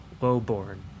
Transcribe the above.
low-born